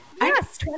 yes